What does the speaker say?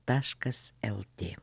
taškas lt